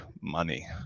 money